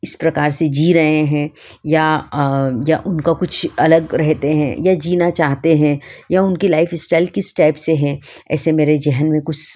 इस प्रकार से जी रहे हैं या या उनका कुछ अलग रहते हैं या जीना चाहते हैं या उनकी लाइफस्टाइल किस टाइप से है ऐसे मेरे जहन में कुछ